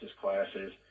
classes